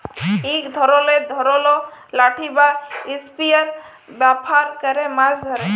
ইক ধরলের ধারালো লাঠি বা ইসপিয়ার ব্যাভার ক্যরে মাছ ধ্যরে